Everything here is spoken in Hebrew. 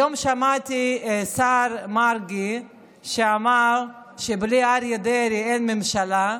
היום שמעתי שהשר מרגי אמר שבלי אריה דרעי אין ממשלה.